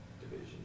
Division